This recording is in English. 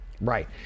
Right